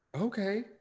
okay